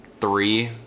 three